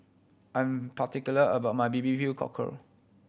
I am particular about my B B Q Cockle